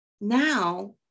Now